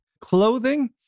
clothing